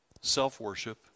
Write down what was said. self-worship